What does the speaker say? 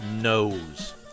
knows